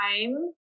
time